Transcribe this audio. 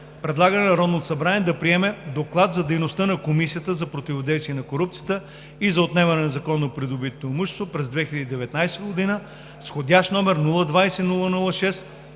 предлага на Народното събрание да приеме Доклад за дейността на Комисията за противодействие на корупцията и за отнемане на незаконно придобито имущество през 2019 г., № 020-00-6,